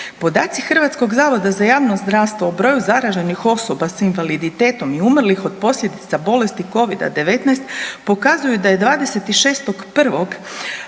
Podaci HZJZ-a o broju zaraženih osoba s invaliditetom i umrlih od posljedica bolesti Covida-19 pokazuju da je 26.1.